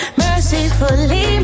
mercifully